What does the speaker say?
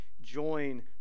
join